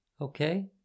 Okay